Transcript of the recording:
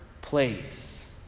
place